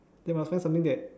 then must find something that